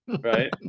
right